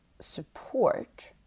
support